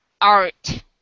art